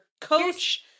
coach